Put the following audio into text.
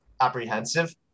apprehensive